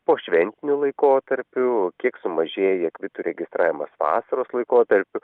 pošventiniu laikotarpiu kiek sumažėja kvitų registravimas vasaros laikotarpiu